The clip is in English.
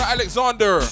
Alexander